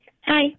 Hi